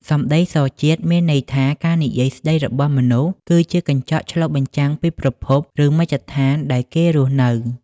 «សម្ដីសជាតិ» មានន័យថា ការនិយាយស្ដីរបស់មនុស្ស គឺជាកញ្ចក់ឆ្លុះបញ្ចាំងពីប្រភព ឬមជ្ឈដ្ឋានដែលគេរស់នៅ។